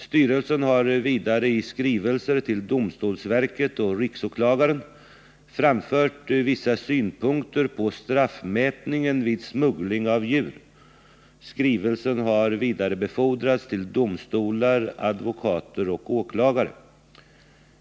Styrelsen har vidare i skrivelser till domstolsverket och riksåklagaren framfört vissa synpunkter på straffmätningen vid smuggling av djur. Skrivelsen har vidarebefordrats till domstolar, advokater och åklagare.